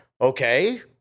Okay